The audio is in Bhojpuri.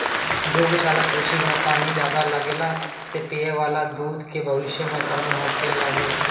दुग्धशाला कृषि में पानी ज्यादा लगला से पिये वाला पानी के भविष्य में कमी होखे लागि